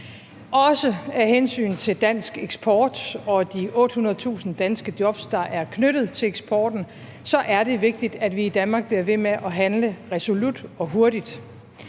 Også af hensyn til dansk eksport og de 800.000 danske jobs, der er knyttet til eksporten, er det vigtigt, at vi i Danmark bliver ved med at handle resolut og hurtigt.